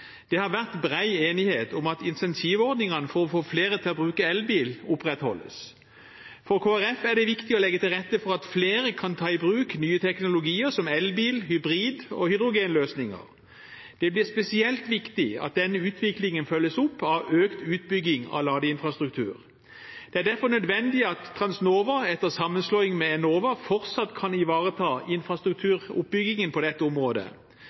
Det har vært bred enighet om at incentivordningene for å få flere til å bruke elbil opprettholdes. For Kristelig Folkeparti er det viktig å legge til rette for at flere kan ta i bruk nye teknologier, som elbil-, hybrid- og hydrogenløsninger. Det blir spesielt viktig at den utviklingen følges opp med økt utbygging av ladeinfrastruktur. Det er derfor nødvendig at Transnova etter sammenslåing med Enova fortsatt kan ivareta infrastrukturoppbyggingen på dette området.